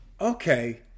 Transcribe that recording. Okay